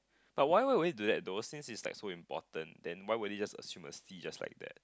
but why why would you do that tho since it's like so important then why would we just assume a D just like that